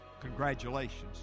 congratulations